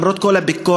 למרות כל הביקורת,